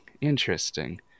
Interesting